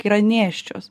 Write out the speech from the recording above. kai yra nėščios